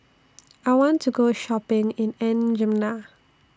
I want to Go Shopping in N'Djamena